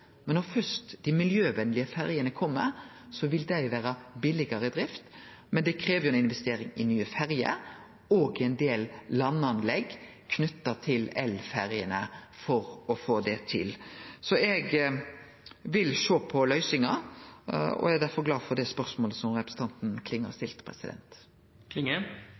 men når dei miljøvenlege ferjene først kjem, vil dei vere billigare i drift. Det krev ei investering i nye ferjer og i ein del landanlegg knytte til elferjene for å få det til. Så eg vil sjå på løysingar og er derfor glad for det spørsmålet som representanten Klinge har stilt.